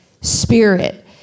spirit